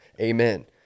Amen